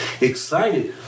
excited